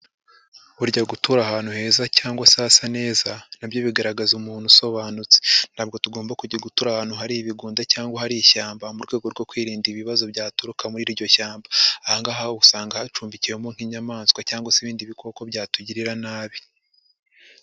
Burya gutura ahantu heza cyangwa se hasa neza, na byo bigaragaza umuntu usobanutse. Ntabwo tugomba kujya gutura ahantu hari ibigunda cyangwa hari ishyamba mu rwego rwo kwirinda ibibazo byaturuka muri iryo shyamba. Aha ngaha usanga hacumbikiwemo nk'inyamaswa cyangwa se ibindi bikoko byatugirira nabi.